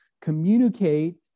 communicate